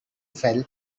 fell